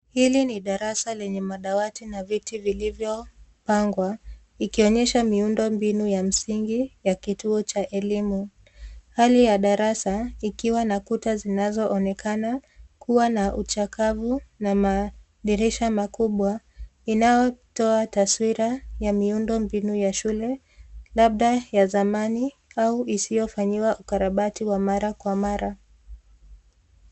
Hili ni darasa lenye madawati na viti vilivyopangwa ikionyesha miundo mbinu ya msingi ya ituo cha elimu. Hali ya darasa ikiwa na kuta zinazoonekana kuwa na uchakavu na madirisha makubwa inayotoa taswira ya miundo mbinu ya shule labda ya zamani au isiyofanyiwa ukarabati wa mara kwa mara.